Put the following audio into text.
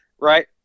right